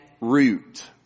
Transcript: root